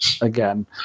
Again